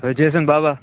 Jason Baba